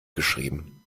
geschrieben